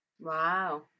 Wow